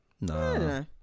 No